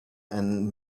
and